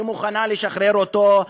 היא מוכנה לשחרר אותו,